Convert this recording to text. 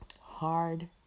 hard